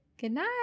goodnight